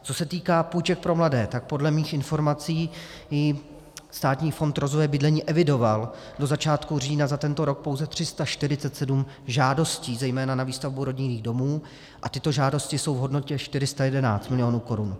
Co se týče půjček pro mladé, tak podle mých informací Státní fond rozvoje bydlení evidoval do začátku října za tento rok pouze 347 žádostí, zejména na výstavbu rodinných domů, a tyto žádosti jsou v hodnotě 411 milionů korun.